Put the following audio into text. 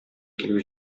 килеп